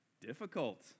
difficult